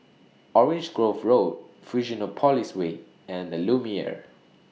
Orange Grove Road Fusionopolis Way and The Lumiere